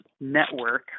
network